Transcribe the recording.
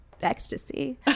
ecstasy